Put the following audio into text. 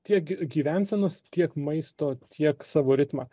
tiek gyvensenos tiek maisto tiek savo ritmą